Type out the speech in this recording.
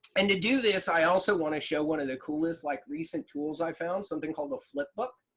and to do this i also want to show one of the coolest, like, recent tools i found. something called a flip book.